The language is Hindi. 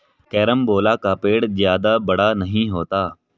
कैरमबोला का पेड़ जादा बड़ा नहीं होता